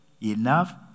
enough